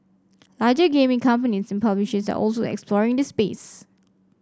larger gaming companies and publishers are also exploring the space